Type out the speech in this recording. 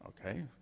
Okay